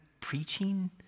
preaching